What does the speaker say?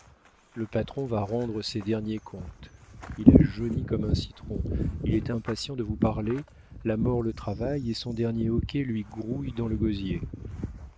le patron va rendre ses derniers comptes il a jauni comme un citron il est impatient de vous parler la mort le travaille et son dernier hoquet lui grouille dans le gosier